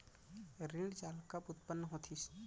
ऋण जाल कब उत्पन्न होतिस?